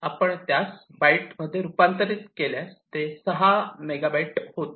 आपण त्यास बाइट मध्ये रूपांतरित केल्यास ते 6 मेगाबाइट होते